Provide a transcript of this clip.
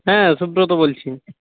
হ্যাঁ সুব্রত বলছি